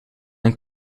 een